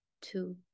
Two